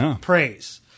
Praise